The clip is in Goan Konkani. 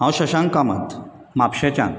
हांव सशांक कामत म्हापशेच्यान